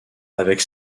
avec